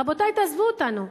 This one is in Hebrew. רבותי, תעזבו אותנו.